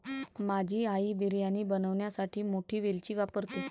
माझी आई बिर्याणी बनवण्यासाठी मोठी वेलची वापरते